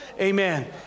Amen